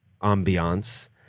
ambiance